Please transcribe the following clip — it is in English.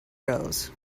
goes